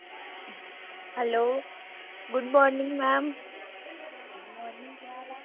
hello good morning madam